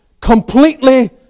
completely